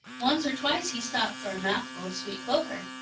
once or twice he stopped for a mouthful of sweet clover.